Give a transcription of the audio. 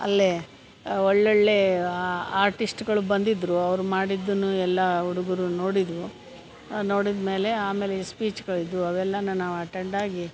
ಅಲ್ಲಿ ಒಳ್ಳೊಳ್ಳೆಯ ಆರ್ಟಿಸ್ಟ್ಗಳು ಬಂದಿದ್ದರು ಅವ್ರು ಮಾಡಿದ್ದನ್ನು ಎಲ್ಲ ಹುಡುಗರು ನೋಡಿದವು ನೋಡಿದಮೇಲೆ ಆಮೇಲೆ ಸ್ಪೀಚ್ಗಳಿದ್ದವು ಅವೆಲ್ಲನೂ ನಾವು ಅಟೆಂಡಾಗಿ